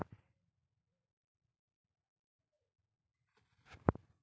వెదురుతో శిల్పాలను చెక్కడం, కిటికీలు, బుట్టలు, వంట పాత్రలు, కంచెలు మొదలనవి తయారు చేత్తారు